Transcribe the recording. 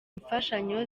imfashanyo